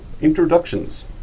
introductions